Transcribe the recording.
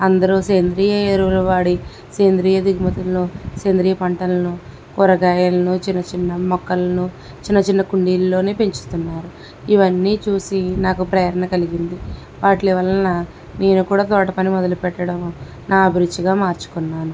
అందరూ సేంద్రీయ ఎరువులు వాడి సేంద్రీయ దిగుమతులను సేంద్రీయ పంటలను కూరగాయలను చిన్న చిన్న మొక్కలను చిన్న చిన్న కుండీల్లోనే పెంచుతున్నారు ఇవన్నీ చూసి నాకు ప్రేరణ కలిగింది వాట్లి వలన నేను కూడా తోటపని మొదలుపెట్టడం నా అభిరుచిగా మార్చుకున్నాను